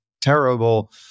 terrible